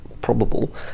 probable